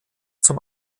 zum